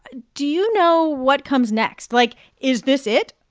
ah do you know what comes next? like, is this it?